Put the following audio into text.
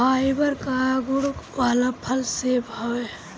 fibre कअ गुण वाला फल सेव हवे